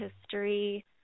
history